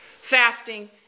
fasting